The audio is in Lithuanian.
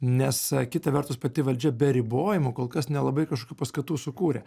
nes kita vertus pati valdžia be ribojimų kol kas nelabai kažkokių paskatų sukūrė